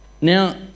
Now